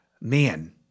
man